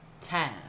Time